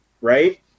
right